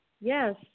Yes